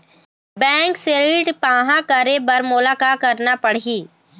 Bank से ऋण पाहां करे बर मोला का करना पड़ही?